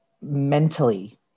mentally